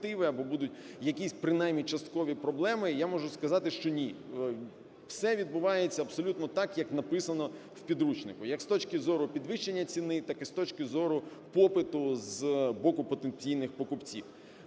або будуть якісь принаймні часткові проблеми. Я можу сказати, що ні, все відбувається абсолютно так, як написано в підручнику, як з точки зору підвищення ціни, так і з точки зору попиту з боку потенційних покупців.